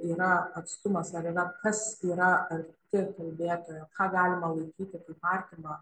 yra atstumas ar yra kas yra arti kalbėtojo ką galima laikyti kaip artimą